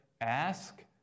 ask